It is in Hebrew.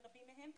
לרבים מהם,